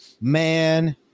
man